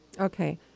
okay